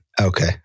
okay